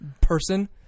person